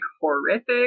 horrific